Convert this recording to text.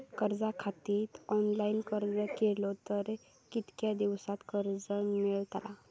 कर्जा खातीत ऑनलाईन अर्ज केलो तर कितक्या दिवसात कर्ज मेलतला?